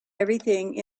everything